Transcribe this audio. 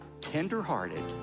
tender-hearted